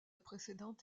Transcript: précédente